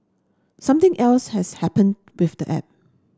something else has happened with the app